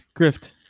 grift